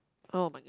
oh my